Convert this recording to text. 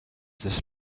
this